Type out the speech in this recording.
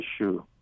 issue